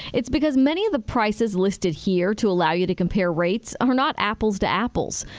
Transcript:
it's because many of the prices listed here to allow you to compare rates are not apples to apples.